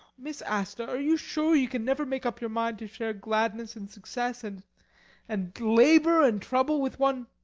miss asta are you sure you can never make up your mind to share gladness and success and and labour and trouble, with one